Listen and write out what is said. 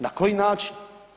Na koji način?